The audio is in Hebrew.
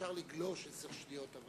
אפשר לגלוש בעשר שניות,